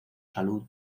salud